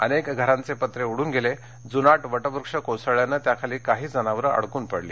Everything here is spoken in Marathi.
अनेक घरांचे पत्रे उडून गेले जुनाट वटवक्ष कोसळल्यानं त्याखाली काही जनावरं अडकून पडली